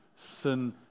sin